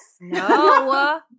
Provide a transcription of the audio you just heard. no